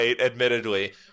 admittedly